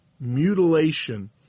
mutilation